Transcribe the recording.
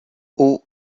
aux